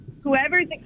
whoever's